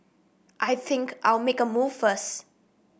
I think I'll make a move first